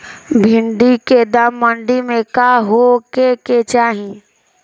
भिन्डी के दाम मंडी मे का होखे के चाही?